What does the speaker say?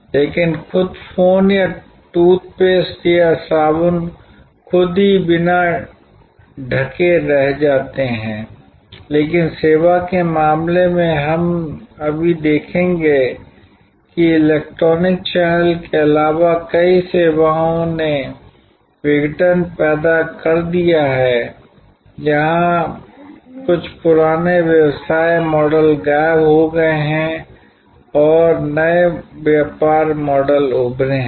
लेकिन खुद फोन या टूथपेस्ट या साबुन खुद ही बिना ढंके रह जाते हैं लेकिन सेवा के मामले में हम अभी देखेंगे कि इलेक्ट्रॉनिक चैनल के अलावा कई सेवाओं ने विघटन पैदा कर दिया है जहां कुछ पुराने व्यवसाय मॉडल गायब हो गए हैं और नए व्यापार मॉडल उभरे हैं